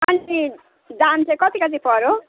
अनि दाम चाहिँ कति कति पऱ्यो